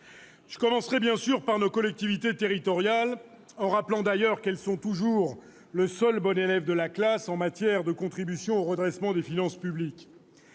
Je commencerai bien sûr par nos collectivités territoriales en rappelant d'ailleurs qu'elles demeurent le seul bon élève de la classe en matière de contribution au redressement des finances publiques.